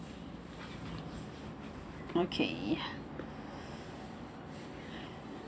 okay